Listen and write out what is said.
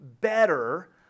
better